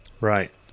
right